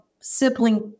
sibling